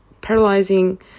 paralyzing